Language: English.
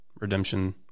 redemption